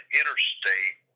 interstate